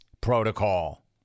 protocol